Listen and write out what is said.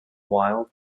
wild